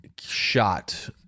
shot